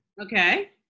Okay